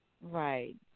Right